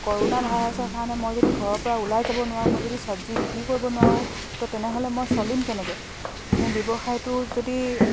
corona ভাইৰাছৰ কাৰণে মই যদি ঘৰৰপৰা ওলাই যাব নোৱাৰোঁ মই যদি চব্জি বিক্ৰী কৰিব নোৱাৰোঁ তো তেনেহ'লে মই চলিম কেনেকৈ মোৰ ব্যৱসায়টো যদি